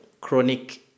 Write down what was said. chronic